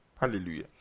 hallelujah